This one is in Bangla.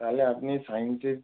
তাহলে আপনি সাইন্সের